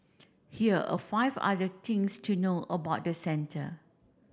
here are five other things to know about the centre